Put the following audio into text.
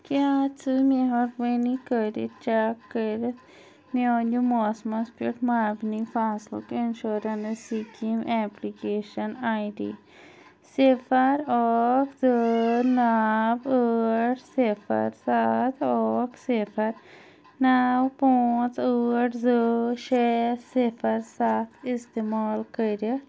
کیٛاہ ژٕ کٔرِتھ چَک کٔرِتھ میٛانہِ موسمس پٮ۪ٹھ مبنی فصلُک insurance scheme application I D صِفر اکھ زٕ نَو ٲٹھ صِفر سَتھ اکھ صِفر نَو پانٛژھ ٲٹھ زٕ شےٚ صِفر سَتھ اِستعمال کٔرِتھ